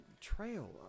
trail